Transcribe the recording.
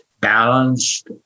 balanced